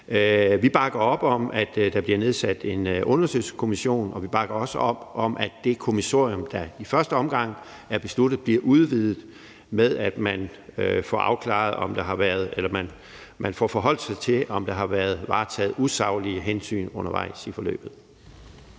Vi bakker op om, at der bliver nedsat en undersøgelseskommission, og vi bakker også op om, at det kommissorium, der i første omgang er besluttet, bliver udvidet med, at man får forholdt sig til, om der har været varetaget usaglige hensyn undervejs i forløbet.